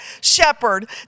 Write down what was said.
shepherd